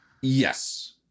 Yes